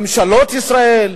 ממשלות ישראל,